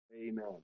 Amen